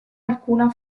alcuna